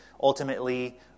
ultimately